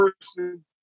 person